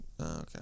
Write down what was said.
okay